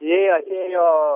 ėjo ėjo